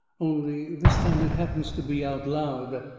only this time it happens to be out loud.